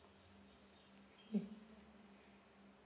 mm